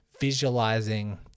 visualizing